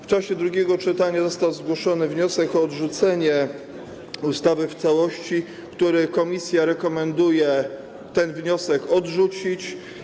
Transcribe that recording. W czasie drugiego czytania został zgłoszony wniosek o odrzucenie ustawy w całości, który komisja rekomenduje odrzucić.